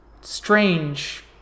strange